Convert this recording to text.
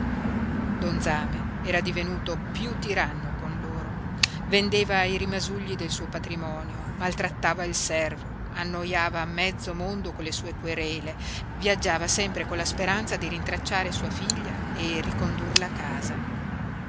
don zame era divenuto piú tiranno con loro vendeva i rimasugli del suo patrimonio maltrattava il servo annoiava mezzo mondo con le sue querele viaggiava sempre con la speranza di rintracciare sua figlia e ricondurla a casa